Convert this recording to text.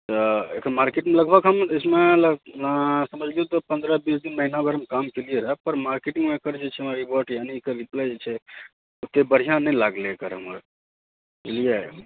तऽ एकर मार्केटिंग लगभग हम एहिमे समझियौ तऽ पंद्रह बीस दिन महीना भरि हम काम केलियै रहय पर मार्केटिंगमे जे छै रिपोर्ट एकर रिप्लाई जे छै बढिऑं नहि लागलै रहय बुझलियै